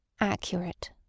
accurate